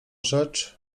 rzecz